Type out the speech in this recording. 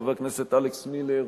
חבר הכנסת אלכס מילר,